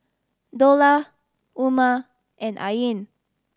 Dollah Umar and Ain